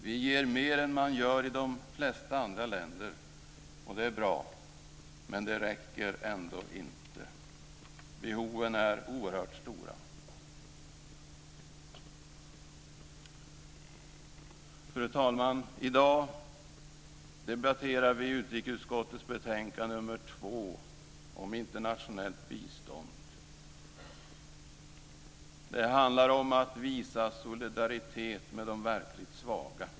Vi ger mer än man gör i de flesta andra länder och det är bra men det räcker ändå inte. Behoven är oerhört stora. Fru talman! I dag debatterar vi utrikesutskottets betänkande nr 2 som handlar om internationellt bistånd. Det handlar om att visa solidaritet med de verkligt svaga.